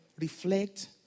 reflect